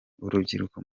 urubyiruko